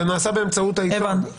זה נעשה באמצעות העיתון.